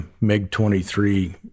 MiG-23